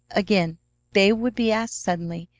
again they would be asked suddenly,